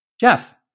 Jeff